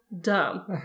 dumb